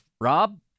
Rob